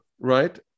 Right